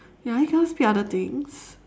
ya you cannot speak other things